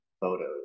photos